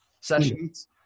sessions